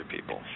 people